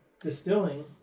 distilling